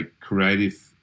creative